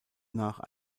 nach